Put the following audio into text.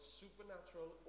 supernatural